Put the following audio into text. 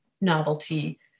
novelty